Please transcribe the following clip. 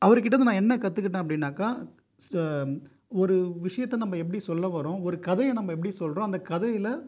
அவர் கிட்டே இருந்து நான் என்ன கற்றுக்கிட்டேன் அப்படின்னாக்கால் ஒரு விஷயத்தை நம்ம எப்படி சொல்ல வரோம் ஒரு கதையை நம்ம எப்படி சொல்கிறோம் அந்த கதையில்